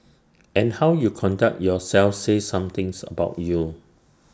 and how you conduct yourself says something's about you